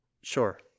Sure